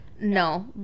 No